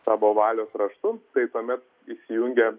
savo valios raštu tai tuomet įsijungia